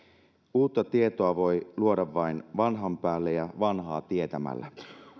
uutta tietoa voi luoda vain vanhan päälle ja vanhaa tietämällä